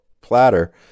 platter